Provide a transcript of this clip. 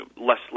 less